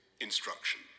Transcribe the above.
instruction